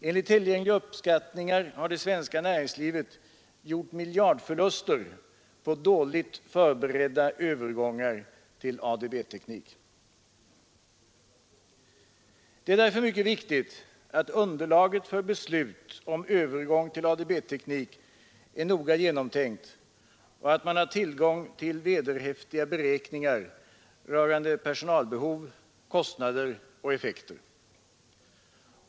Enligt tillgängliga uppskattningar har det svenska näringslivet gjort miljardförluster på dåligt förberedda övergångar till ADB-teknik. Det är därför mycket viktigt att underlaget för beslut om övergång till ADB-teknik är noga genomtänkt och att man har tillgång till vederhäftiga beräkningar rörande personalbehov, kostnader och effekter.